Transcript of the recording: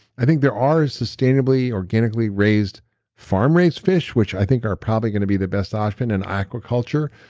i think there are sustainably, organically raised farm raised fish which i think are probably going to be the best option in aqua culture.